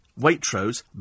Waitrose